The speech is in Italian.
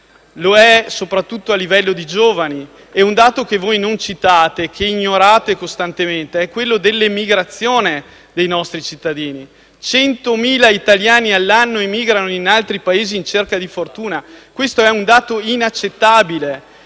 soprattutto a livello di giovani. Un dato che voi non citate ed ignorate costantemente è quello dell'emigrazione dei nostri cittadini; 100.000 italiani all'anno emigrano in altri Paesi in cerca di fortuna. Questo è un dato inaccettabile.